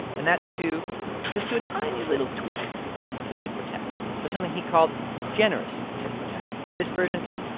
and that's to just do a tiny little tweak to tit for tat to something he called generous tit for tat. this version says,